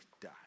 die